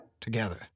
together